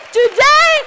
today